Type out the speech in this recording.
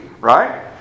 right